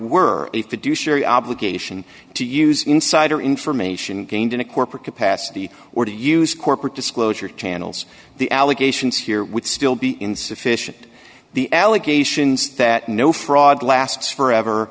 were a fiduciary obligation to use insider information gained in a corporate capacity or to use corporate disclosure channels the allegations here would still be insufficient the allegations that no fraud lasts wherever